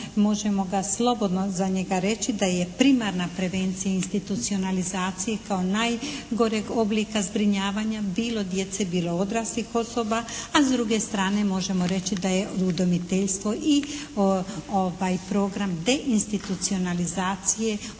možemo ga slobodno za njega reći da je primarna prevencija institucionalizaciji kao najgoreg oblika zbrinjavanja bilo djece bilo odraslih osoba, a s druge strane možemo reći da je udomiteljstvo i program deinstitucionalizacije opet